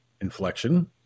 inflection